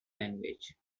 language